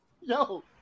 Yo